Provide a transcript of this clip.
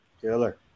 Killer